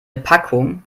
packung